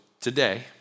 today